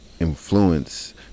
influence